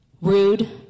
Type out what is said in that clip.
rude